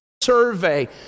survey